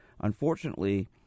Unfortunately